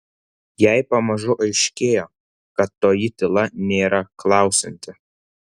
jai pamažu aiškėjo kad toji tyla nėra klausianti